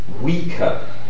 weaker